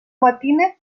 matina